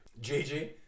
JJ